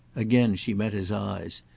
again she met his eyes,